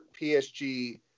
PSG